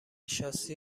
شاسی